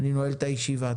אני נועל את הישיבה.